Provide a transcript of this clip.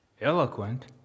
eloquent